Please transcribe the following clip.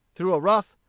through a rough,